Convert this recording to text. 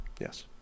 yes